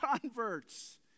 converts